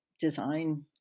design